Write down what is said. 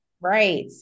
Right